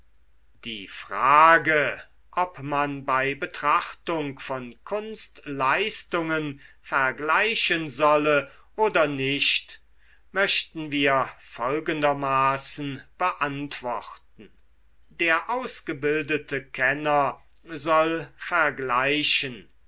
die frage ob man bei betrachtung von kunstleistungen vergleichen solle oder nicht möchten wir folgendermaßen beantworten der ausgebildete kenner soll vergleichen